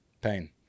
pain